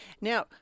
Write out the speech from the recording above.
Now